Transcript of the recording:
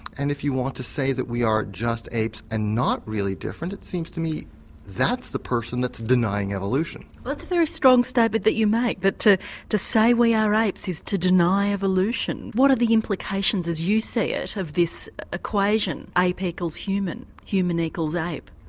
and if you want to say that we are just apes and not really different, it seems to me that's the person that's denying evolution. that's a very strong statement you make, that to to say we are apes is to deny evolution. what are the implications as you see it of this equation ape equals human human equals ape?